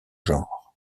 genre